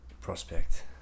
prospect